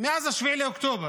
מאז 7 באוקטובר